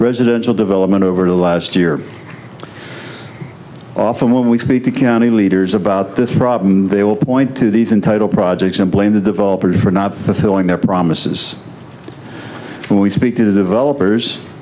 residential development over the last year often when we speak to county leaders about this problem they will point to these entitle projects and blame the developers for not fulfilling their promises when we speak to developers